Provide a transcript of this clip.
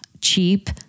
cheap